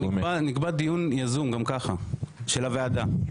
נקבע דיון יזום ממילא של הוועדה.